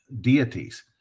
deities